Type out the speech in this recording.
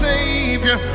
Savior